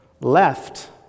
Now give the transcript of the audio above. left